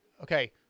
okay